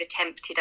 attempted